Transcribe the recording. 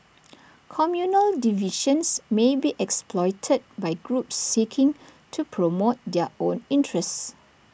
communal divisions may be exploited by groups seeking to promote their own interests